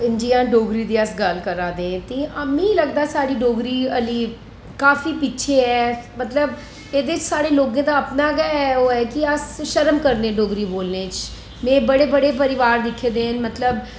जियां डोगरी दी अस गल्ल करा दे ते मी लगदा ऐ के साढ़ी डोगरी हल्ली काफी पिच्छै ऐ मतलब ऐह्दे च साढ़े लोकें दा अपना गै ओह् है कि अस शर्म करने डोगरी बोलने च में बड़े बडे परिवार दिक्खे दे न मतलब